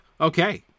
okay